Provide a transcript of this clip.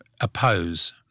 oppose